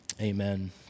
amen